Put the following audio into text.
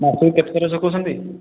ମାସକୁ କେତେ ଥର ଶିଖୋଉଛନ୍ତି